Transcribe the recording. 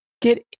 get